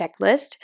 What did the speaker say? checklist